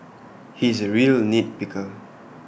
he is A real nit picker